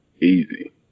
Easy